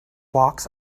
walks